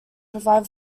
provide